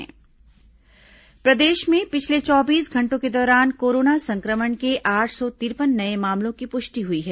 corona समाचार जागरूकता प्रदेश में पिछले चौबीस घंटों के दौरान कोरोना संक्रमण के आठ सौ तिरपन नये मामलों की पुष्टि हुई है